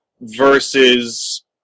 versus